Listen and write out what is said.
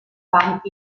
camp